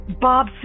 bob